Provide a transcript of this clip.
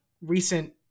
recent